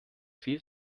viel